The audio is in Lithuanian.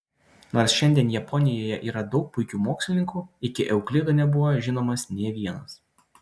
nors šiandien japonijoje yra daug puikių mokslininkų iki euklido nebuvo žinomas nė vienas